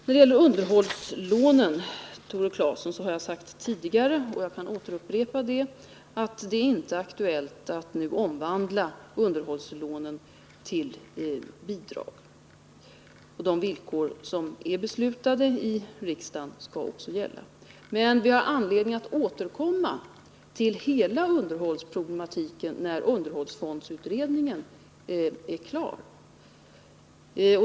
När det gäller underhållslånen, Tore Claeson, har jag tidigare sagt, och jag kan upprepa det, att det inte nu är aktuellt att omvandla underhållslånen till bidrag, och de villkor som är beslutade i riksdagen skall gälla. Men vi har anledning att återkomma till hela underhållsproblematiken när underhållsfondsutredningen är klar.